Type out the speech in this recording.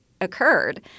occurred